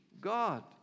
God